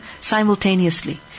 simultaneously